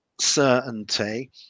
certainty